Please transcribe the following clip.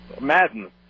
Madden